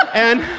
and